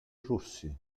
rossi